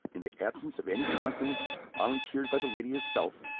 in the absence of any confidence volunteered by the lady herself,